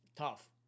tough